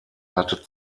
hatte